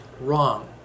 wrong